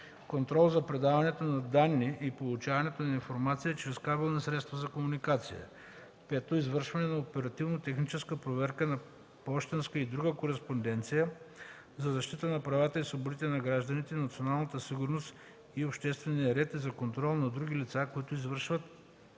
контрол на предаването на данни и получаването на информация чрез кабелни средства за комуникация; 5. извършване на оперативно-техническа проверка на пощенска и друга кореспонденция за защита на правата и свободите на гражданите, националната сигурност и обществения ред и за контрол на други лица, които извършват